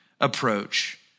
approach